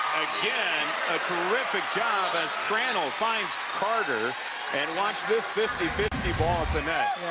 again, a terrific job as tranel finds carter and watch this fifty fifty ball atthe net.